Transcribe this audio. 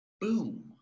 Boom